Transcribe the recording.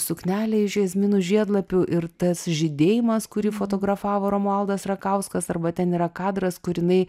suknelė iš jazminų žiedlapių ir tas žydėjimas kurį fotografavo romualdas rakauskas arba ten yra kadras kur jinai